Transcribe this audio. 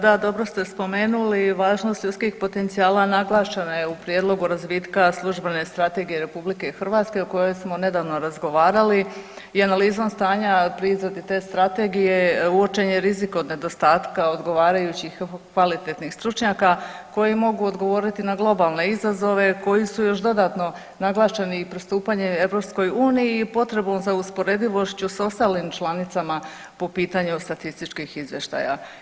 Da, dobro ste spomenuli važnost ljudskih potencijala naglašena je prijedlogu razvitka službene strategije RH o kojoj smo nedavno razgovarali i analizom stanja, prizor iz te strategije uočen je rizik od nedostatka odgovarajućih kvalitetnih stručnjaka koji mogu odgovoriti na globalne izazove koji su još dodatno naglašeni i pristupanjem EU i potrebom za usporedivošću s ostalim članicama po pitanju statističkih izvještaja.